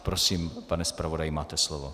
Prosím, pane zpravodaji, máte slovo.